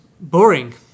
boring